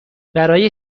برای